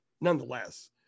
nonetheless